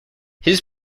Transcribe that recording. his